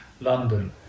London